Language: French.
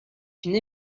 une